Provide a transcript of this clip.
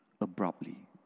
abruptly